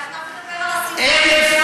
תקשיבי,